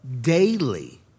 daily